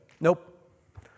Nope